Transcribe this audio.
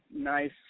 nice –